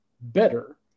better